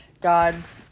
God's